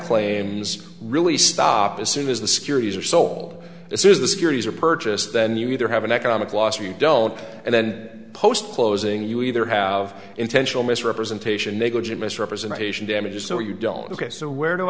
claims really stop as soon as the securities are so all this is the securities are purchased then you either have an economic loss or you don't and then post closing you either have intentional misrepresentation negligent misrepresentation damages so you don't ok so where do